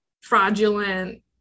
fraudulent